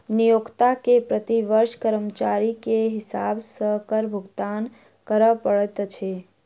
नियोक्ता के प्रति वर्ष कर्मचारी के हिसाब सॅ कर भुगतान कर पड़ैत अछि